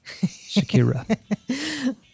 Shakira